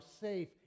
safe